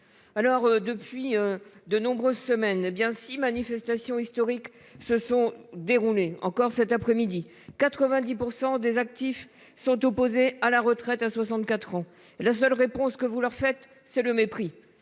»? Depuis de nombreuses semaines, six manifestations historiques se sont déroulées, dont une cet après-midi, 90 % des actifs sont opposés à la retraite à 64 ans et votre seule réponse, c'est le mépris.